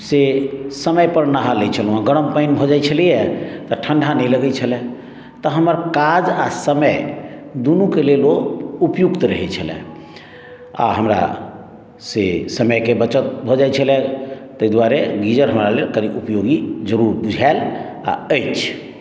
से समय पर नहा लै छलहुॅं हँ गरम पानि भऽ जाइ छलैया तऽ ठण्डा नहि लगै छलय तऽ हमर काज आ समय दुनू के लेल ओ उपयुक्त रहै छलय आ हमरा से समयके बचत भऽ जाइ छलय ताहि दुआरे गीजर हमरा लेल कनी उपयोगी जरुर बुझायल आ अछि